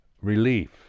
relief